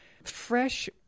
Fresh